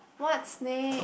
what's next